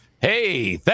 Hey